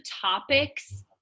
topics